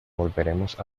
volveremos